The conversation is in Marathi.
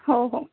हो हो